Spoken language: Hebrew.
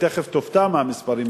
ותיכף תופתע מהמספרים,